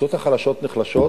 הקבוצות החלשות נחלשות,